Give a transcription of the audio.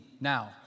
now